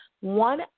One